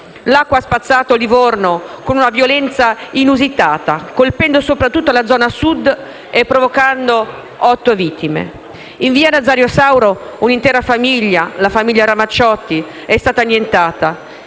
L'acqua ha spazzato Livorno con una violenza inusitata, colpendo soprattutto la zona sud e provocando otto vittime. In via Nazario Sauro un'intera famiglia, la famiglia Ramacciotti, è stata annientata: